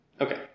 Okay